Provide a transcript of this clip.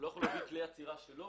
הוא לא יכול להביא כלי אצירה שלו.